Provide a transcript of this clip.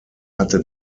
hatte